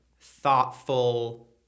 thoughtful